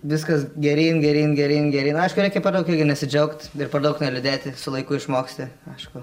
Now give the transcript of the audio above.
viskas geryn geryn geryn geryn aišku reikia per daug irgi nesidžiaugt ir per daug neliūdėt isu laiku išmoksti aišku